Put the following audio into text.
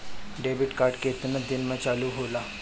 Debit card केतना दिन में चालु होला?